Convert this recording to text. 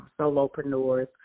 solopreneurs